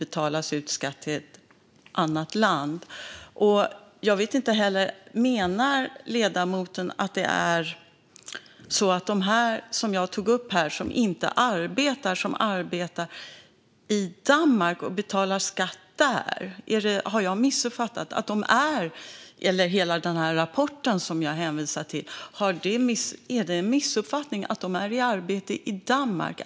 Jag vet inte heller om ledamoten menar att de människor som jag tog i mitt anförande och som jag sa inte arbetar i stället arbetar i Danmark och betalar skatt där. Har jag missuppfattat detta, och gäller det hela den rapport jag hänvisade till? Är det en missuppfattning? Är dessa människor i arbete i Danmark?